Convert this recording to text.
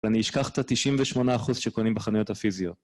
ואני אשכח את ה-98% שקונים בחנויות הפיזיות.